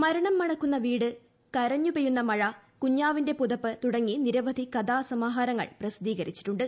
മരണം മണക്കുന്ന വീട് കരഞ്ഞു പെയ്യുന്ന മഴ കുഞ്ഞാവിന്റെ പുതപ്പ് തുടങ്ങി നിരവധി കഥാസമാഹാരങ്ങൾ പ്രസിദ്ധീകരിച്ചിട്ടുണ്ട്